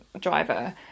driver